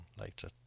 later